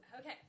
Okay